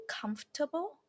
comfortable